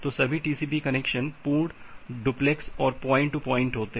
तो सभी TCP connection पूर्ण डुप्लेक्स और पॉइंट टू पॉइंट होते हैं